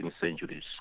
centuries